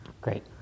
Great